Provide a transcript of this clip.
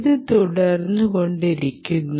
ഇത് തുടർന്നു കൊണ്ടിരിക്കുന്നു